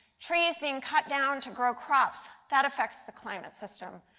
trees being cut down to grow crops. that affects the climate system.